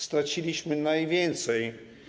Straciliśmy najwięcej.